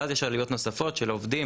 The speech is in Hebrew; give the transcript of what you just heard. ואז יש עלויות נוספים של עובדים,